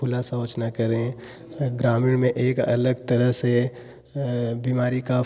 खुला शौच न करें ग्रामीण में एक अलग तरह से बीमारी का